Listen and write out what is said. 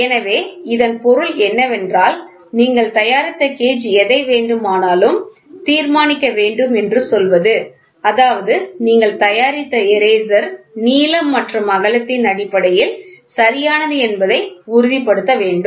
எனவே இதன் பொருள் என்னவென்றால் நீங்கள் தயாரித்த கேஜ் எதை வேண்டுமானாலும் தீர்மானிக்க வேண்டும் என்று சொல்வது அதாவது நீங்கள் தயாரித்த எரேசர் நீளம் மற்றும் அகலத்தின் அடிப்படையில் சரியானது என்பதை உறுதிப்படுத்த வேண்டும்